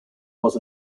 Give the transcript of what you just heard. was